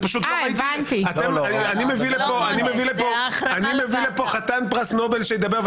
אני מביא לפה חתן פרס נובל שידבר,